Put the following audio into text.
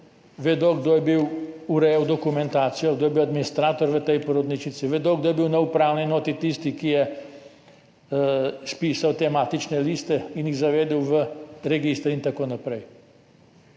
vedo, kdo je urejal dokumentacijo, kdo je bil administrator v tej porodnišnici, vedo, kdo je bil na upravni enoti tisti, ki je spisal te matične liste in jih zavedel v register in tako naprej.